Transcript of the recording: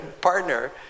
partner